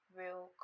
real